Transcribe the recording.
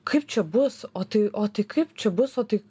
kaip čia bus o tai o tai kaip čia bus o tai